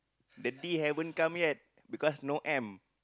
the D haven't come yet because no M